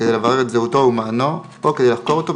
כדי לברר את זהותו ומענו או כדי לחקור אותו,